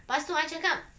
pas tu I cakap